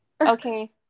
okay